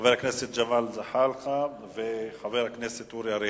חבר הכנסת ג'מאל זחאלקה וחבר הכנסת אורי אריאל.